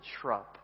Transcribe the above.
shrub